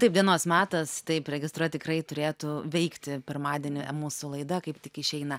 taip dienos metas taip registra tikrai turėtų veikti pirmadienį mūsų laida kaip tik išeina